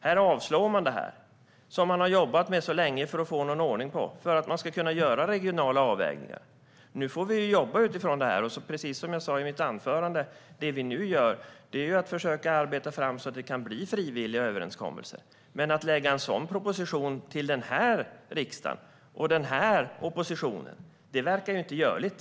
Här avslår man detta, som man jobbat så länge med att få ordning på, för att man ska kunna göra regionala avvägningar. Nu får vi jobba utifrån detta. Som jag sa i mitt anförande försöker vi nu arbeta fram frivilliga överenskommelser. Men att lägga fram en sådan proposition här i riksdagen, med denna opposition, verkar inte görligt.